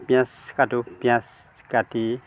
পিঁয়াজ কাটো পিঁয়াজ কাটি